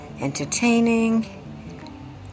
entertaining